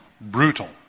Brutal